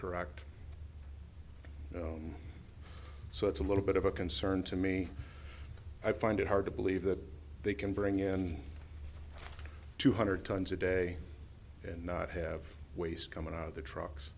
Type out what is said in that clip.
correct so it's a little bit of a concern to me i find it hard to believe that they can bring in two hundred tons a day and not have waste coming out of the trucks